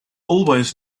always